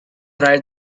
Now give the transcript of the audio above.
right